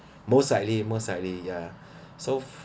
most likely most likely ya so